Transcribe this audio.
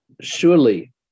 surely